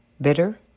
Bitter